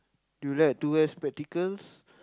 you like to wear spectacles